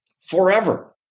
forever